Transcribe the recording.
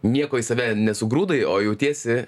nieko į save nesugrūdai o jautiesi